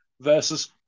versus